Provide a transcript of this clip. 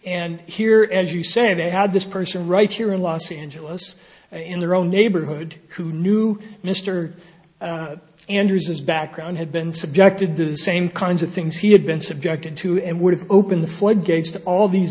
and here as you say they had this person right here in los angeles and in their own neighborhood who knew mister anderson's background had been subjected to the same kinds of things he had been subjected to and would have opened the floodgates to all these